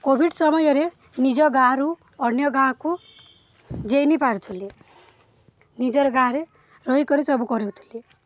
Covid ସମୟରେ ନିଜ ଗାଁରୁ ଅନ୍ୟ ଗାଁକୁ ଯାଇ ନି ପାରୁଥିଲେ ନିଜର ଗାଁରେ ରହିକରି ସବୁ କରୁଥିଲେ